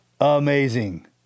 Amazing